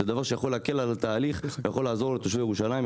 זה דבר שיכול להקל על התהליך ויכול לעזור לתושבי ירושלים.